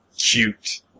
Cute